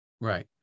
Right